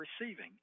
receiving